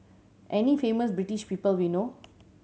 any famous British people we know